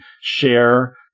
share